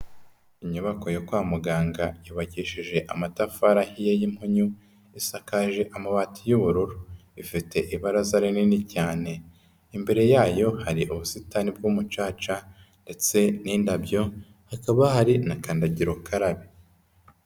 Inyubako yo kwa muganga yubakishije amatafari ahiye y'impunyu isakaje amabati y'ubururu, ifite ibaraza rinini cyane imbere yayo hari ubusitani bw'umucaca ndetse n'indabyo hakaba hari na kandagira ukarabe.